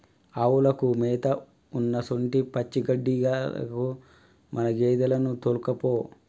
ఆవులకు మేత ఉన్నసొంటి పచ్చిగడ్డిలకు మన గేదెలను తోల్కపో